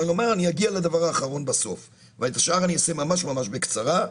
אני אגיע לדבר האחרון לסוף ואת השאר אני אעשה ממש ממש בקצרה,